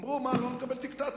אמרו: מה, לא נקבל דיקטטים,